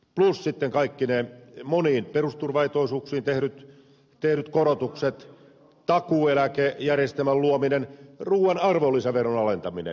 plus sitten kaikki ne moniin perusturvaetuisuuksiin tehdyt korotukset takuueläkejärjestelmän luominen ruuan arvonlisäveron alentaminen